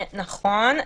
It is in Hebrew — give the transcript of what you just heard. נכון.